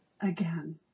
again